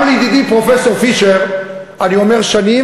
גם לידידי פרופסור פישר אני אומר שנים,